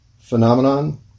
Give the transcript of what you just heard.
phenomenon